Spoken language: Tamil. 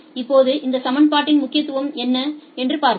இப்போது இந்த சமன்பாட்டின் முக்கியத்துவம் என்ன என்று பார்ப்போம்